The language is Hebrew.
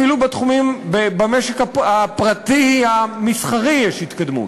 אפילו במשק הפרטי המסחרי יש התקדמות.